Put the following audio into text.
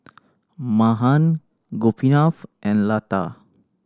Mahan Gopinath and Lata